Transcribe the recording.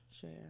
share